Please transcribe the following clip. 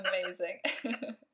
Amazing